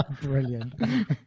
Brilliant